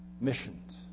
missions